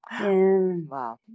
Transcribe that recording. Wow